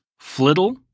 Flittle